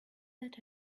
that